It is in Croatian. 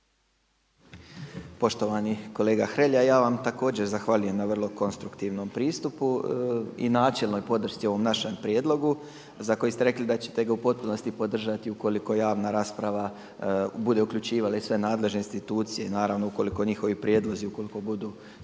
Poštovani kolega Hrelja, ja vam također zahvaljujem na vrlo konstruktivnom pristupu i načelnoj podršci ovom našem prijedlogu za koji ste rekli da ćete ga u potpunosti podržati ukoliko javna rasprava bude uključivala i sve nadležne institucije. Naravno ukoliko njihovi prijedlozi, ukoliko budu